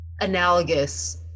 Analogous